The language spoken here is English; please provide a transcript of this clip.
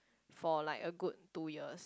for like a good two years